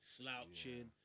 slouching